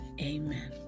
Amen